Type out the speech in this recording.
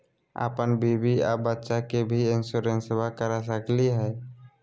अपन बीबी आ बच्चा के भी इंसोरेंसबा करा सकली हय?